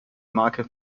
marke